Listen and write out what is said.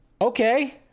Okay